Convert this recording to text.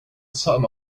sum